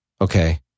Okay